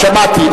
שמעתי.